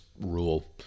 rule